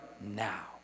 now